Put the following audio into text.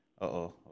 Uh-oh